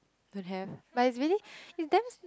don't have but it's really it's damn